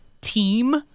team